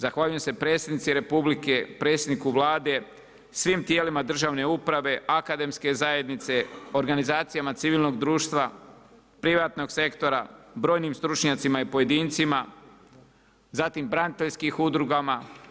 Zahvaljujem se Predsjednici Republike, predsjedniku Vlade, svim tijelima državne uprave, akademske zajednice, organizacijama civilnog društva, privatnog sektora, brojnim stručnjacima i pojedincima, zatim braniteljskim udrugama.